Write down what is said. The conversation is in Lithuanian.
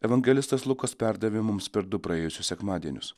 evangelistas lukas perdavė mums per du praėjusius sekmadienius